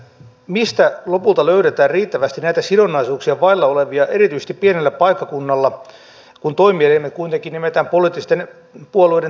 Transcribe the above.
mistä lopulta löydetään riittävästi näitä sidonnaisuuksia vailla olevia erityisesti pienellä paikkakunnalla kun toimielimet kuitenkin nimetään poliittisten puolueiden toimesta